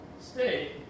state